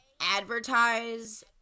advertise